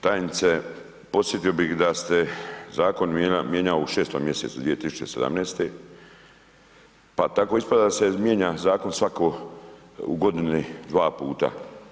Tajnice, podsjetio bih da se zakon mijenjao u 6.mjesecu 2017. pa tako ispada da se mijenja zakon svako u godini dva puta.